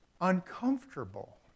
uncomfortable